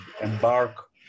embark